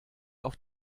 auf